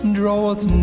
draweth